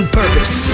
purpose